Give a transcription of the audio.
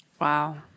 Wow